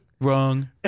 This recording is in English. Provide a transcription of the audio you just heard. Wrong